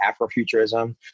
Afrofuturism